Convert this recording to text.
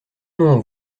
non